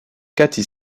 katy